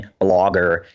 blogger